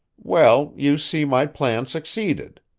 well, you see my plan succeeded.